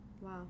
Wow